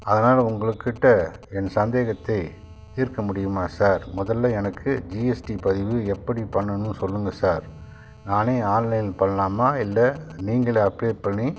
அதனால் உங்களுக்குக்கிட்டே என் சந்தேகத்தை தீர்க்க முடியுமா சார் முதல்ல எனக்கு ஜிஎஸ்டி பதிவு எப்படி பண்ணணும்னு சொல்லுங்கள் சார் நானே ஆன்லைன் பண்ணலாமா இல்லை நீங்களே அப்ளே பண்ணி